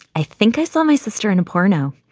i think i saw my sister in a porno.